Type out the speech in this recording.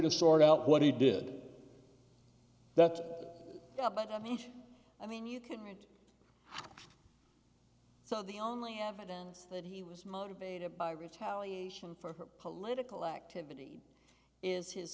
to sort out what he did that i mean you couldn't so the only evidence that he was motivated by retaliation for political activity is his